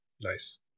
Nice